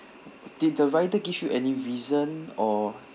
did the rider give you any reason or